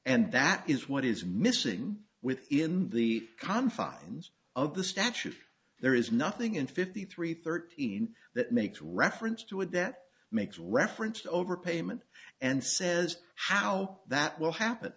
and that is what is missing within the confines of the statute there is nothing in fifty three thirteen that makes reference to it that makes reference to overpayment and says how that will happen